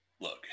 look